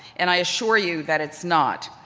and i assure you that it's not.